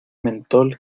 mentol